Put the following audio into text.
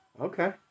Okay